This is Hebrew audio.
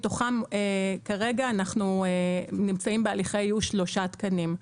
מתוכם כרגע אנחנו נמצאים בהליכי איוש של שלושה תקנים.